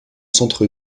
centre